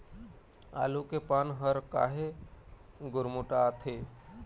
आलू के पान हर काहे गुरमुटाथे?